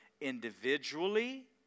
individually